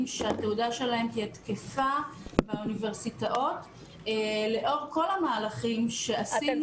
שהתעודה שלהם תהיה תקפה באוניברסיטאות לאור כל המהלכים שעשינו.